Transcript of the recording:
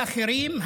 לאחרים,